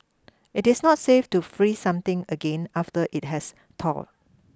it is not safe to freeze something again after it has thawed